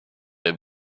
der